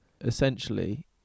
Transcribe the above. essentially